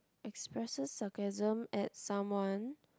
expresses sarcasm at someone